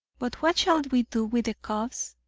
but what shall we do with the cubs?